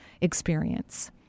experience